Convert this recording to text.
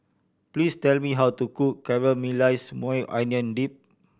please tell me how to cook Caramelized Maui Onion Dip